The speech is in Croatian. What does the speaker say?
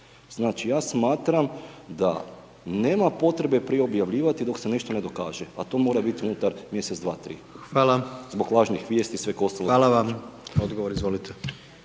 Znači, ja smatram da nema potrebe prije objavljivati dok se nešto ne dokaže, a to mora biti unutar mjesec, dva, tri…/Upadica: Hvala/…zbog lažnih vijesti i sveg ostalog. **Jandroković,